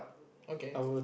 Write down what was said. okay